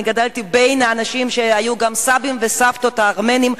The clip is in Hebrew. אני גדלתי בין אנשים שהיו גם סבים וסבתות ארמנים.